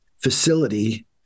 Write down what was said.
facility